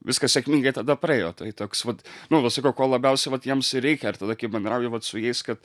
viskas sėkmingai tada praėjo tai toks vat nu vat sakau ko labiausiai vat jiems ir reikia ir tada kai bendrauji vat su jais kad